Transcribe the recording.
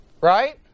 right